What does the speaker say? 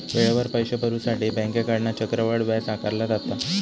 वेळेवर पैशे भरुसाठी बँकेकडना चक्रवाढ व्याज आकारला जाता